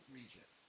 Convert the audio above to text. region